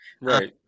Right